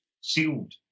sealed